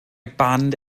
band